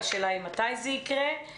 והשאלה היא מתי זה יקרה.